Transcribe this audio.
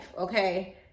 Okay